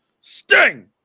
Sting